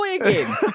again